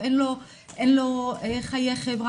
או אין לו חיי חברה,